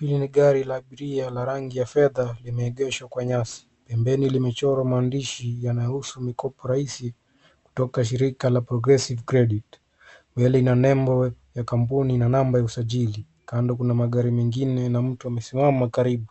Hili ni gari la abiria la rangi ya fedha, limeegeshwa kwa nyasi. Pembeni limechorwa maandishi yanayohusu mikopo rahisi toka shirika la Progressive Credit. Mbele ina nembo ya kampuni na namba ya usajili. Kando kuna magari mengine na mtu amesimama karibu.